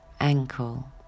ankle